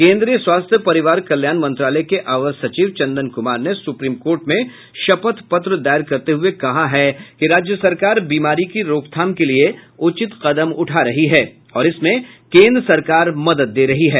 केन्द्रीय स्वास्थ्य परिवार कल्याण मंत्रालय के अवर सचिव चंदन कुमार ने सुप्रीम कोर्ट में शपथ पत्र दायर करते हुए कहा है कि राज्य सरकार बीमारी की रोकथाम के लिए उचित कदम उठा रही है और इसमें केन्द्र सरकार मदद दे रही है